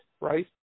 right